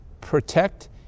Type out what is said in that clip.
protect